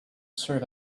serve